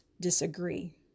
disagree